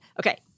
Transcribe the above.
Okay